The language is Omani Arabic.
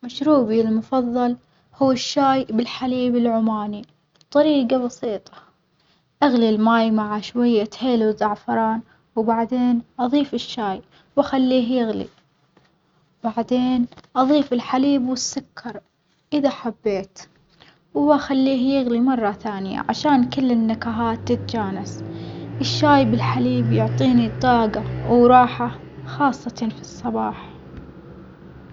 مشروبي المفظل هو الشاي بالحليب العماني طريجة بسيطة، أغلي الماي مع شوية هيل وزعفران وبعدين أظيف الشاي وأخليه يغلي، وبعدين أظيف الحليب والسكر إذا حبيت، وبخليه يغلي مرة ثانية عشان كل النكهات تتجانس، الشاي بالحليب يعطيني طاجة وراحة خاصةً في الصباح.